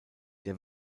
der